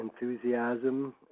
enthusiasm